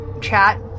chat